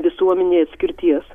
visuomenėj atskirties